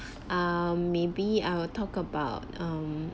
um maybe I will talk about um